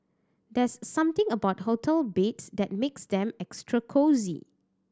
there's something about hotel beds that makes them extra cosy